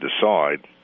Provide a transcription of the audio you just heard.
decide